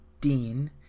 Dean